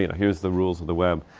and here's the rules of the web.